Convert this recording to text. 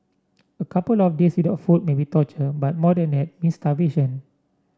a couple of days without food may be torture but more than that means starvation